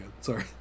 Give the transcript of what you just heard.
Sorry